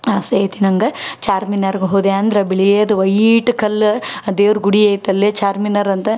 ಆಸೆ ಐತಿ ನಂಗೆ ಚಾರ್ಮಿನಾರಿಗೆ ಹೋದೆ ಅಂದ್ರೆ ಬಿಳಿಯದ್ ವೈಟ್ ಕಲ್ಲು ಆ ದೇವ್ರ ಗುಡಿ ಐತಿ ಅಲ್ಲಿಯೇ ಚಾರ್ಮಿನಾರ್ ಅಂತ